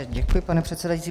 Děkuji, pane předsedající.